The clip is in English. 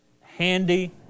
handy